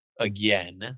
again